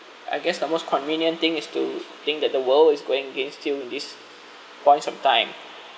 I guess the most convenient thing is to think that the world is going against you in this points of time